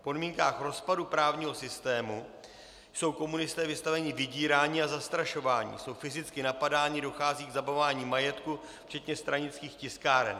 V podmínkách rozpadu právního systému jsou komunisté vystaveni vydírání a zastrašování, jsou fyzicky napadáni, dochází k zabavování majetku včetně stranických tiskáren.